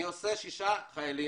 אני מכפיל 6 חיילים